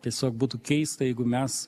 tiesiog būtų keista jeigu mes